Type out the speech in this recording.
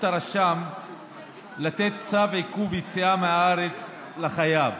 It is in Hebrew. הרשם לתת צו עיכוב יציאה מהארץ לחייב